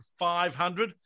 500